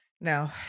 No